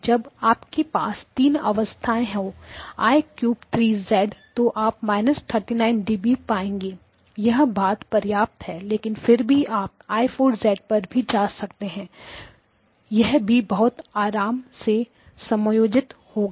जब आपके पास तीन अवस्थाएं हो अर्थात I 3 तो आप 39 db पाएंगे यह बहुत पर्याप्त है लेकिन फिर भी आप I 4पर भी जा सकते हैं यह भी बहुत आराम से समायोजित होगा